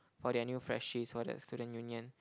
for their new freshies for their student union